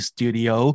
Studio